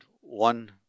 one